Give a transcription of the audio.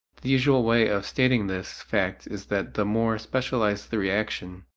the usual way of stating this fact is that the more specialized the reaction,